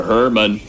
Herman